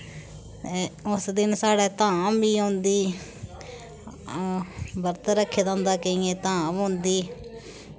उस दिन साढ़ै धाम बी होंदी बरत रक्खे दे होंदा केइयें धाम होंदी